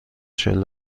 چهل